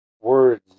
words